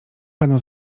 panu